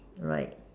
alright